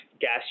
gas